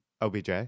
obj